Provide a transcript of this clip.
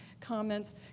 comments